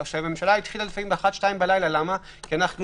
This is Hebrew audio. ישיבת ממשלה התחילה לפעמים ב-02:00-01:00 בלילה כי מהצוהריים